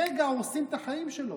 ברגע הורסים את החיים שלו.